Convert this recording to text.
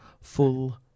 full